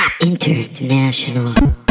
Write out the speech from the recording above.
International